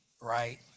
right